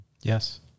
Yes